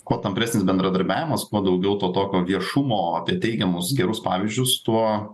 kuo tampresnis bendradarbiavimas kuo daugiau to tokio viešumo apie teigiamus gerus pavyzdžius tuo